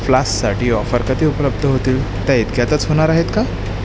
फ्लाससाठी offer कधी उपलब्ध होतील त्या इतक्यातच होणार आहेत का